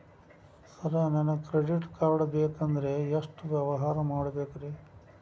Sir ನನಗೆ credit card ಬೇಕಂದ್ರೆ ಎಷ್ಟು ವ್ಯವಹಾರ ಮಾಡಬೇಕ್ರಿ?